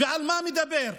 ועל מה הוא מדבר?